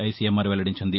ICMR వెల్లడించింది